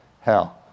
hell